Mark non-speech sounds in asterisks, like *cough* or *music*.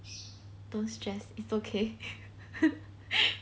don't stress it's okay *laughs*